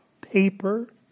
paper